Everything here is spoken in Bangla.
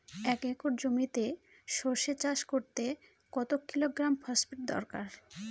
এক একর জমিতে সরষে চাষ করতে কত কিলোগ্রাম ফসফেট দরকার?